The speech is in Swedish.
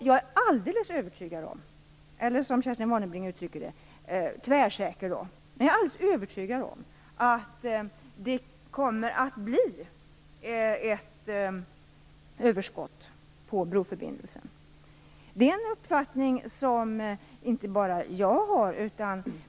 Jag är alldeles övertygad om - tvärsäker, som Kerstin Warnerbring uttrycker det - att broförbindelsen kommer att ge ett överskott. Det är en uppfattning som inte bara jag har.